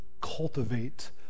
cultivate